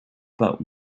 but